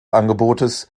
angebotes